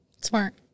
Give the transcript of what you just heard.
smart